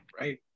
Right